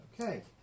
Okay